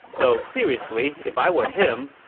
though seriously, if i were him,